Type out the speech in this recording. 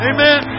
Amen